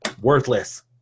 worthless